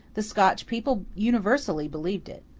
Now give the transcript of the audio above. the scotch people universally believed it.